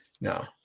No